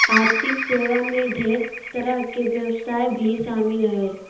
आर्थिक सेवा मे ढेर तरह के व्यवसाय भी शामिल हय